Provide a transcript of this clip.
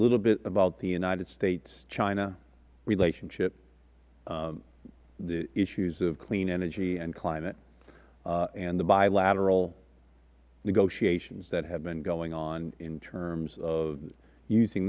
little bit about the united states china relationship the issues of clean energy and climate and the bilateral negotiations that have been going on in terms of using